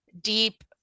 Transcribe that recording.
deep